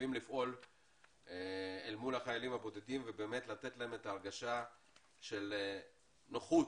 חייבים לפעול אל מול החיילים הבודדים ולתת להם את ההרגשה של נוחות